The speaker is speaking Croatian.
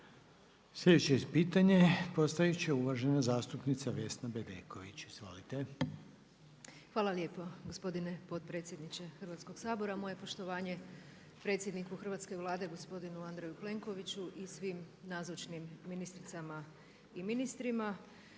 Sljedeće pitanje postaviti će uvažena zastupnica Vesna Bedeković. Izvolite. **Bedeković, Vesna (HDZ)** Hvala lijepo gospodine potpredsjedniče Hrvatskoga sabora, moje poštovanje predsjedniku hrvatske Vlade gospodinu Andreju Plenkoviću i svim nazočnim ministricama i ministrima.